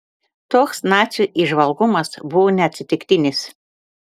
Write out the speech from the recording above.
toks nacių įžvalgumas buvo neatsitiktinis